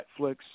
Netflix